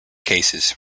cases